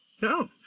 No